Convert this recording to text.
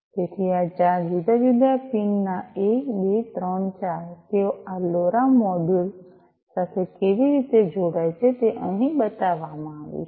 તેથી આ ચાર જુદા જુદા પિનના ૧ ૨ ૩ ૪ તેઓ આ લોરા મોડ્યુલ સાથે કેવી રીતે જોડાય છે તે અહીં બતાવવામાં આવ્યું છે